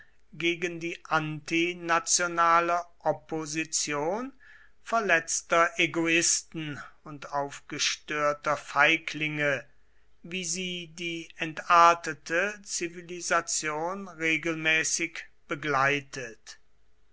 gegen die antinationale opposition verletzter egoisten und aufgestörter feiglinge wie sie die entartete zivilisation regelmäßig begleitet